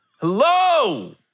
Hello